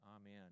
Amen